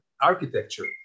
architecture